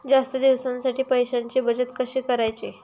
जास्त दिवसांसाठी पैशांची बचत कशी करायची?